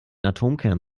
atomkern